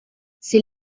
sie